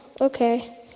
okay